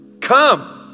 Come